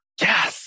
yes